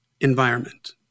environment